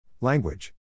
language